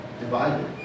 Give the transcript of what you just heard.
divided